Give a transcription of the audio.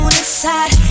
inside